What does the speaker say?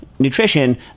nutrition